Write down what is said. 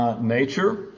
nature